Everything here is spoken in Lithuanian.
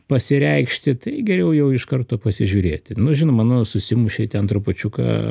pasireikšti tai geriau jau iš karto pasižiūrėti nu žinoma nu susimušei ten trupučiuką